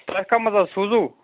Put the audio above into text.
تۄہہِ کَتھ منٛز حظ سوٗزووٗ